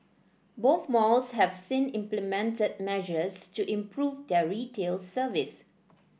both malls have since implemented measures to improve their retail service